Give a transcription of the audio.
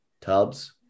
tubs